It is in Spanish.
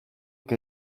que